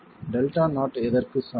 Δ0 எதற்கு சமம்